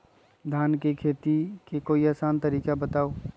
धान के खेती के कोई आसान तरिका बताउ?